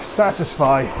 satisfy